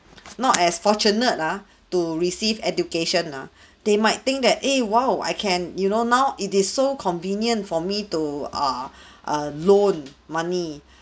not as fortunate ah to receive education ah they might think that eh !wow! I can you know now it is so convenient for me to err err loan money